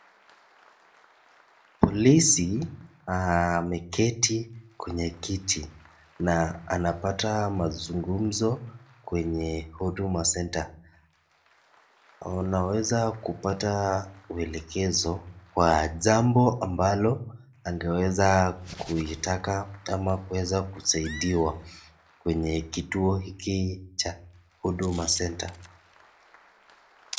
Polisi ameketi kwenye kiti na anapata mazungumzo kwenye huduma center. Unaweza kupata uelekezo kwa jambo ambalo angeweza kutaka ama kitu angeweza kusaidiwa kwenye kituo hiki cha huduma center.